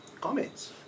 Comments